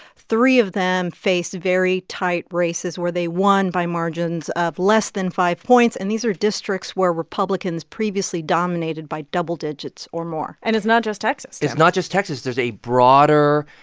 three of them face very tight races where they won by margins of less than five points. and these are districts where republicans previously dominated by double digits or more and it's not just texas, tim it's not just texas. there's a broader